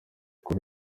kuri